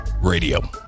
radio